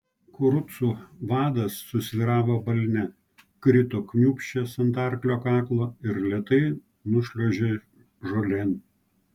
kurucų vadas susvyravo balne krito kniūbsčias ant arklio kaklo ir lėtai nušliuožė žolėn